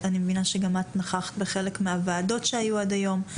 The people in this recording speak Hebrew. אני מבינה שגם נכחת בחלק מהוועדות שהיו עד היום.